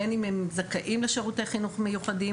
בין אם הם זכאים לשירותי חינוך מיוחדים